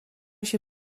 się